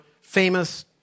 famous